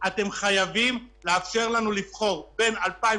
כרגע אין בעיה להשתמש באישורים האלה של תיאום המס ואפשר במקביל לפנות